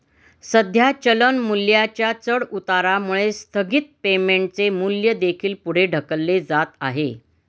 सध्या चलन मूल्याच्या चढउतारामुळे स्थगित पेमेंटचे मूल्य देखील पुढे ढकलले जात आहे